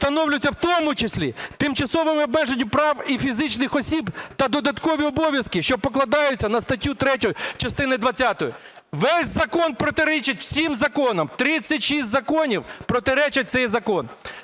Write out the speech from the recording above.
встановлюються в тому числі тимчасовим обмеженням прав і фізичних осіб та додаткові обов'язки, що покладаються на статтю 3 частини двадцятої. Весь закон протирічить усім законам, 36 законам протирічать цей закон.